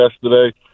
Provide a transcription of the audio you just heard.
yesterday